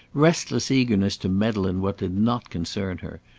restless eagerness to meddle in what did not concern her,